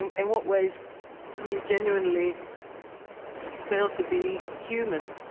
and in what ways can you generally fail to be human,